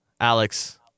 Alex